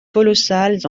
colossales